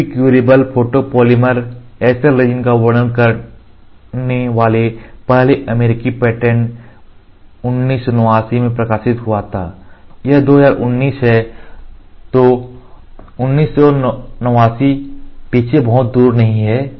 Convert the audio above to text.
UV curable photopolymer SL resin का वर्णन करने वाले पहले अमेरिकी पेटेंट 1989 में प्रकाशित हुआ था यह 2019 है तो 1989 पीछे बहुत दूर नहीं है